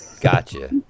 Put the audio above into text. gotcha